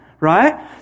Right